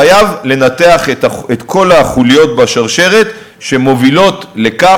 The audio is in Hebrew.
חייב לנתח את כל החוליות בשרשרת שמובילות לכך